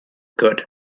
good